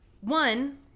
One